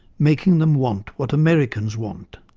making them want what americans want,